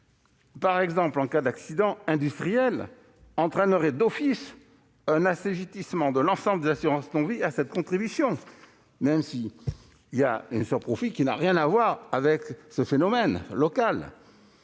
par exemple, en cas d'accident industriel, entraînerait d'office un assujettissement de l'ensemble des assurances non-vie à cette contribution, alors même que le sur-profit constaté n'aurait rien à voir avec ce phénomène local.